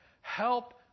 help